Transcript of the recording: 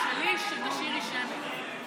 את שלי תשאירי שמית.